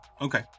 Okay